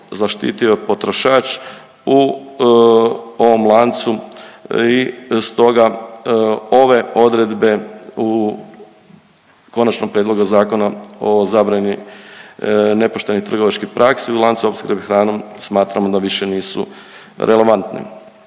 zaštitio potrošač u ovom lancu i stoga ove odredbe u Konačnom prijedlogu Zakona o zabrani nepoštenih trgovačkih praksi u lancu opskrbe hranom smatramo da više nisu relevantne.